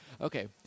Okay